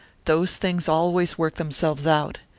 those things always work themselves out,